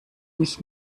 mich